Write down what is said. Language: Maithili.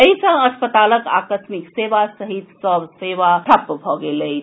एहि सॅ अस्पतालक आकस्मिक सेवा सहित सभ सेवा ठप्प भऽ गेल अछि